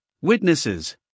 witnesses